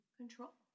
control